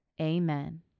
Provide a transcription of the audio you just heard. Amen